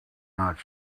not